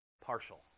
Partial